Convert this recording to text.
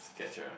catch ah